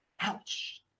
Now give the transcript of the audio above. Ouch